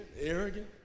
Arrogant